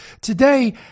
today